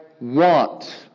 want